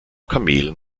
kamelen